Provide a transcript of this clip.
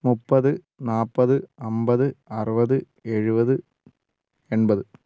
മുപ്പത് നാല്പത് അമ്പത് അറുപത് എഴുപത് എൺപത്